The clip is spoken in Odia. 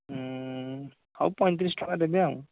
ହଉ ପଇଁତିରିଶ ଟଙ୍କା ଦେବେ ଆଉ